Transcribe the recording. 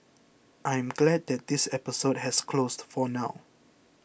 I am glad that this episode has closed for now